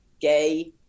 gay